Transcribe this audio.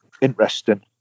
Interesting